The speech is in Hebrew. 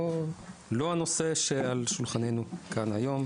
זה לא הנושא שעל שולחננו כאן היום,